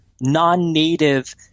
non-native